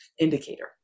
indicator